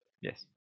Yes